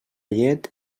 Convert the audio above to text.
llet